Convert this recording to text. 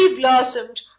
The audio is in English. blossomed